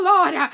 Lord